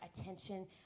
attention